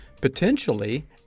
potentially